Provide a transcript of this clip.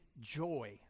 joy